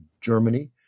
Germany